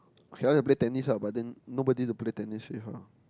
okay lah I want to play tennis but then nobody to play tennis with her